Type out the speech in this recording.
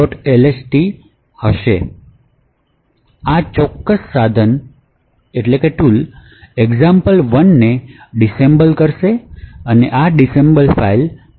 lst સંગ્રહ કરશે આ ચોક્કસ સાધન example1ને ડિસએસેમ્બલ કરશે અને આ ડિસએસેમ્બલ ફાઈલ example1